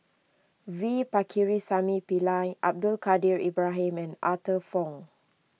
V Pakirisamy Pillai Abdul Kadir Ibrahim and Arthur Fong